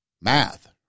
math